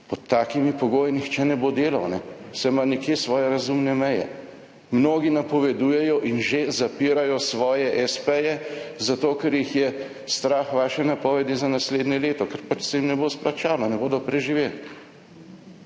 pod takimi pogoji nihče ne bo delal. Vse ima nekje svoje razumne meje. Mnogi napovedujejo in že zapirajo svoje espeje zato, ker jih je strah vaše napovedi za naslednje leto, ker pač se jim ne bo splačalo, ne bodo preživeli.